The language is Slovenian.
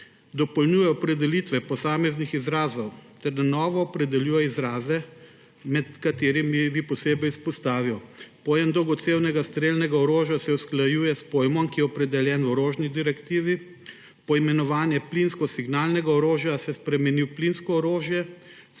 dopolnjuje opredelitve posameznih izrazov ter na novo opredeljuje izraze, med katerimi bi posebej izpostavil naslednje. Pojem dolgocevnega strelnega orožja se usklajuje s pojmom, ki je opredeljen v orožni direktivi, poimenovanje plinsko-signalnega orožja se spremeni v plinsko orožje,